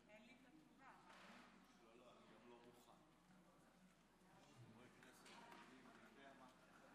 אני מתכבד לחדש את הישיבה.